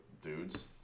dudes